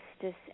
justice